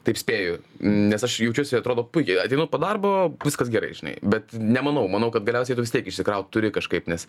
taip spėju nes aš jaučiuosi atrodo puikiai ateinu po darbo viskas gerai žinai bet nemanau manau kad galiausiai tu vis tiek išsikrauti turi kažkaip nes